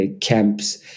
camps